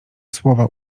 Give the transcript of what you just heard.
słowa